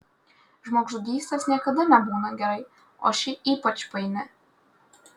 žmogžudystės niekada nebūna gerai o ši ypač paini